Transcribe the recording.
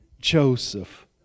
Joseph